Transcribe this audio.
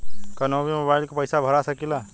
कन्हू भी मोबाइल के पैसा भरा सकीला?